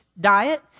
diet